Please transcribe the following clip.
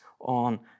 on